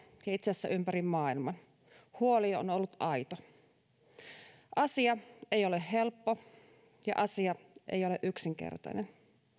ja itse asiassa ympäri maailman huoli on on ollut aito asia ei ole helppo ja asia ei ole yksinkertainen